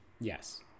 Yes